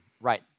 right